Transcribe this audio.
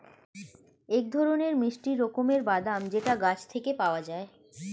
এক ধরনের মিষ্টি রকমের বাদাম যেটা গাছ থেকে পাওয়া যায়